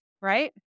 right